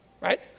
right